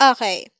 Okay